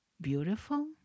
beautiful